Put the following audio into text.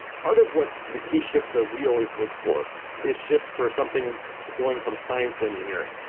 part of what the key shifts that we always look for is shifts for something going from science engineering.